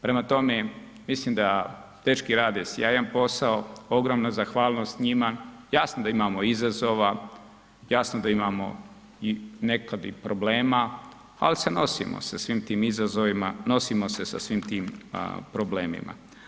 Prema tome, mislim da dečki rade sjajan posao, ogromna zahvalnost njima, jasno da imamo izazova, jasno da imamo nekad i problema, ali se nosimo sa svim tim izazovima, nosimo se sa svim tim problemima.